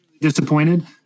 disappointed